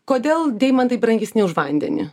kodėl deimantai brangesni už vandenį